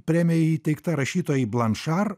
premija įteikta rašytojai blantšar